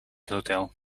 hotel